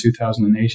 2018